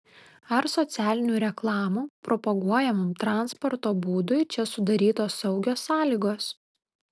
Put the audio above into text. ar socialinių reklamų propaguojamam transporto būdui čia sudarytos saugios sąlygos